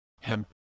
Hemp